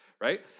right